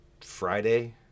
Friday